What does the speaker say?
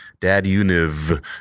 Daduniv